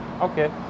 Okay